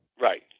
right